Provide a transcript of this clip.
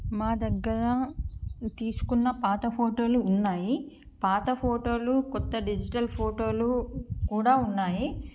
మా దగ్గర తీసుకున్న పాత ఫోటోలు ఉన్నాయి పాత ఫోటోలు కొత్త డిజిటల్ ఫోటోలు కూడా ఉన్నాయి